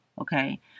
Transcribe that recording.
Okay